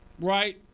right